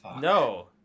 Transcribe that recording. no